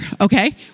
okay